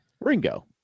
Ringo